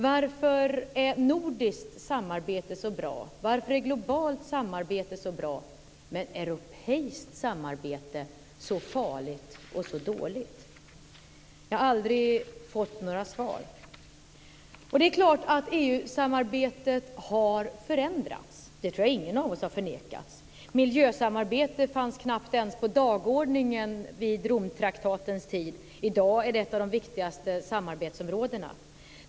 Varför är nordiskt samarbete så bra, varför är globalt samarbete så bra men europeiskt samarbete så farligt och så dåligt? Jag har aldrig fått några svar. Det är klart att EU-samarbetet har förändrats. Det tror jag inte att någon av oss har förnekat. Miljösamarbete fanns knappt ens på dagordningen på Romtraktatens tid. I dag är det ett av de viktigaste samarbetsområdena.